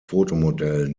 fotomodell